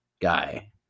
guy